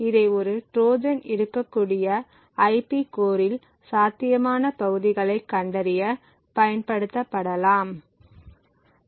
இதை ஒரு ட்ரோஜன் இருக்கக்கூடிய ஐபி கோரில் சாத்தியமான பகுதிகளைக் கண்டறிய பயன்படுத்தப்படலாம்